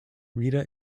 rita